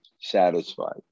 satisfied